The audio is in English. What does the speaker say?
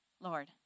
Lord